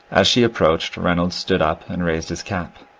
as she approached, reynolds stood up, and raised his cap.